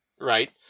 right